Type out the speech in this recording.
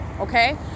okay